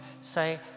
say